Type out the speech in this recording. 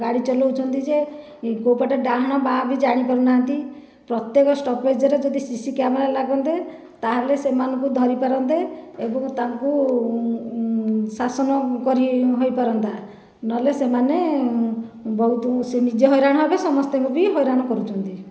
ଗାଡ଼ି ଚଳାଉଛନ୍ତି ଯେ କେଉଁ ପଟେ ଡାହାଣ ବାମ ବି ଜାଣିପାରୁନାହାନ୍ତି ପ୍ରତେକ ଷ୍ଟପେଜ ରେ ଯଦି ସିସି କ୍ୟାମେରା ଲଗାନ୍ତେ ତାହେଲେ ସେମାନଙ୍କୁ ଧରିପାରନ୍ତେ ଏବଂ ତାଙ୍କୁ ଶାସନ କରି ହୋଇପାରନ୍ତା ନହେଲେ ସେମାନେ ବହୁତ ସେ ନିଜେ ହଇରାଣ ହେବେ ସମସ୍ତଙ୍କୁ ବି ହଇରାଣ କରୁଛନ୍ତି